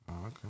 okay